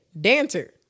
dancer